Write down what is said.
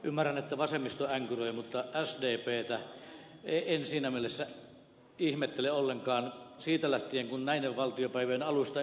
ymmärrän että vasemmisto änkyröi mutta sdptä en siinä mielessä ihmettele ollenkaan siitä lähtien kun näiden valtiopäivien alusta ed